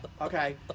Okay